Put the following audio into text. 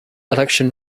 election